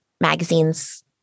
magazines